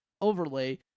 overlay